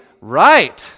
Right